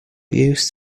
used